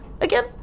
again